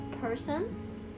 person